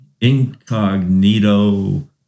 incognito